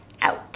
out